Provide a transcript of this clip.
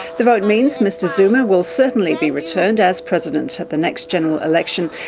the vote means mr zuma will certainly be returned as president at the next general election,